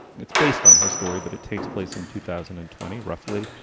it's based on her story, but it takes place in two thousand and twenty, roughly.